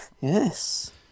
Yes